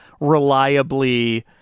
reliably